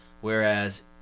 whereas